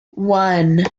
one